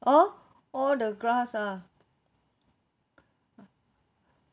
hor all the grass ah